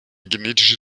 genetische